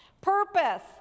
purpose